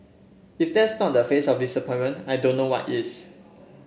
if that's not the face of disappointment I don't know what is